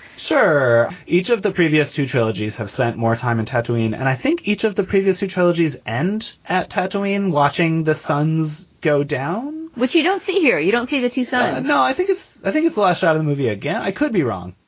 sir each of the previous two trilogies have spent more time in tattooing, and i think each of the previous two trilogies end at tattooing, watching the suns go down, which you don't see here, you don't see the two sides so you know i think it's i think it's a long shot of the movie again. i could be wrong.